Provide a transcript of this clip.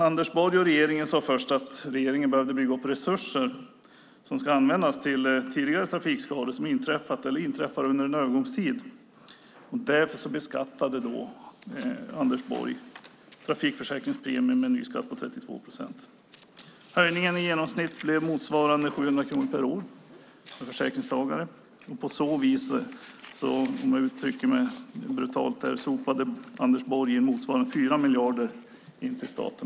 Anders Borg och regeringen sade först att regeringen behövde bygga upp resurser som ska användas till tidigare trafikskador som har inträffat eller trafikskador som inträffar under en övergångstid, och därför beskattade Anders Borg trafikförsäkringspremien med en ny skatt på 32 procent. Höjningen i genomsnitt blev motsvarande 700 kronor per år och försäkringstagare, och på så vis sopade - om jag uttrycker mig brutalt - Anders Borg in motsvarande 4 miljarder till staten.